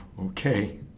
okay